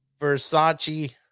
Versace